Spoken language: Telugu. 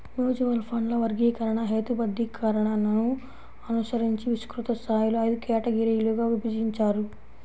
మ్యూచువల్ ఫండ్ల వర్గీకరణ, హేతుబద్ధీకరణను అనుసరించి విస్తృత స్థాయిలో ఐదు కేటగిరీలుగా విభజించారు